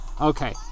Okay